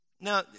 now